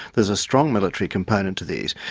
there's a strong military component to these.